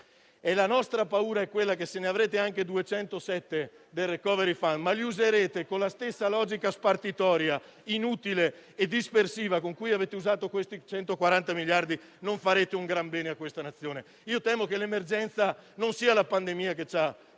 la nostra paura è che, se ne avrete anche 207 del *recovery fund*, li userete con la stessa logica spartitoria, inutile e dispersiva con cui li avete usati. Non farete un gran bene a questa Nazione. Temo che l'emergenza sia non la pandemia che ci ha